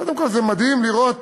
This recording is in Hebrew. קודם כול זה מדהים לראות